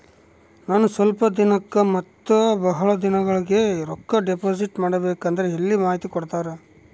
ನಾನು ಸ್ವಲ್ಪ ದಿನಕ್ಕ ಮತ್ತ ಬಹಳ ದಿನಗಳವರೆಗೆ ರೊಕ್ಕ ಡಿಪಾಸಿಟ್ ಮಾಡಬೇಕಂದ್ರ ಎಲ್ಲಿ ಮಾಹಿತಿ ಕೊಡ್ತೇರಾ?